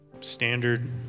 Standard